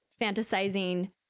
fantasizing